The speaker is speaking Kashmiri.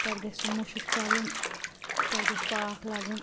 تَتھ گَژھہِ سُہ مشک ژَلُن تَتھ گَژھہِ پاکھ لَگُن